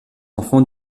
enfant